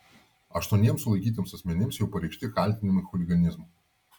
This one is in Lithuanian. aštuoniems sulaikytiems asmenims jau pareikšti kaltinimai chuliganizmu